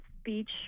speech